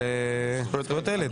על זכויות הילד.